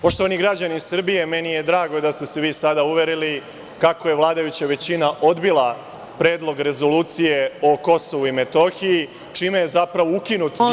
Poštovani građani Srbije, meni je drago da ste se sada uverili kako je vladajuća većina odbila Predlog rezolucije o KiM, čime je zapravo ukinut dijalog…